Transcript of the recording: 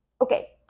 okay